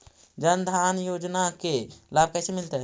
जन धान योजना के लाभ कैसे मिलतै?